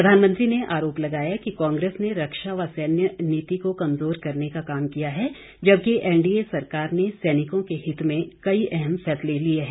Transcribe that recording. प्रधानमंत्री ने आरोप लगाया कि कांग्रेस ने रक्षा व सैन्य नीति को कमजोर करने का काम किया है जबकि एनडीए सरकार ने सैनिकों के हित में कई अहम फैसले लिए हैं